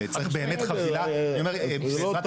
וצריך באמת חבילה --- בסדר.